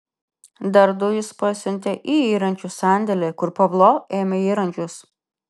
dar du jis pasiuntė į įrankių sandėlį kur pavlo ėmė įrankius